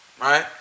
right